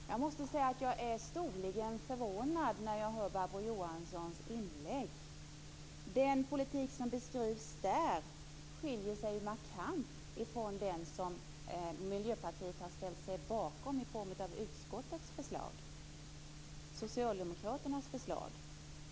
Herr talman! Jag måste säga att jag blir storligen förvånad när jag hör Barbro Johanssons inlägg. Den politik som beskrivs där skiljer sig markant från den politik som Miljöpartiet har ställt sig bakom i form av utskottets förslag, socialdemokraternas förslag.